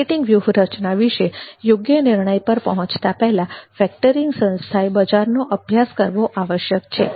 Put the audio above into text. marketing વ્યૂહરચના વિશે યોગ્ય નિર્ણય પર પહોંચતા પહેલા ફેક્ટરીંગ સંસ્થાએ બજારનો અભ્યાસ કરવો આવશ્યક છે